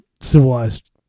civilized